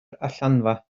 allanfa